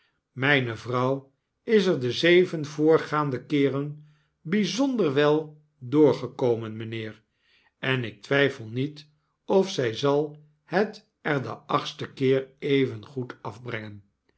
myne vrouw is erde zeven voorgaande keeren byzonder wel doorgekomen mynheer en ik twyfel niet of zy zal het er den achtsten keer evengoed af